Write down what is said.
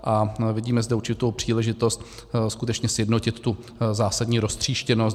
A vidíme zde určitou příležitost skutečně sjednotit tu zásadní roztříštěnost.